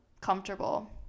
comfortable